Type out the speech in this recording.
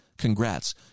Congrats